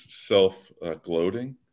self-gloating